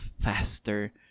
faster